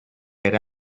that